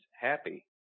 happy